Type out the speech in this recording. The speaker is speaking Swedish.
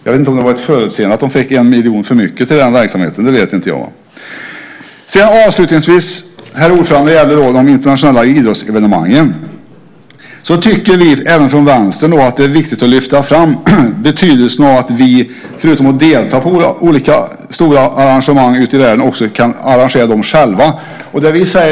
Jag vet inte om det var förutseende att man fick 1 miljon för mycket till den verksamheten. Avslutningsvis när det gäller de internationella idrottsevenemangen tycker även vi från Vänstern att det är viktigt att lyfta fram betydelsen av att Sverige förutom att delta vid olika stora arrangemang ute i världen också kan arrangera sådana själva.